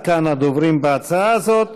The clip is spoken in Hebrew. עד כאן הדוברים בהצעה הזאת.